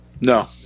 No